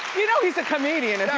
you know he's a comedian, if